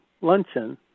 luncheon